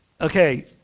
Okay